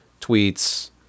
tweets